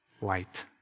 Light